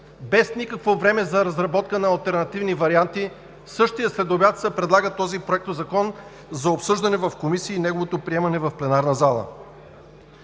без никакво време за разработка на алтернативни варианти, същия следобед този проектозакон се предлага за обсъждане в комисии и неговото приемане в пленарната зала.